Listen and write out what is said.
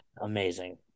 Amazing